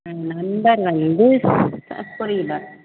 எங்கள் நம்பர் வந்து ஆ சொல்லுறேன்